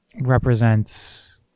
represents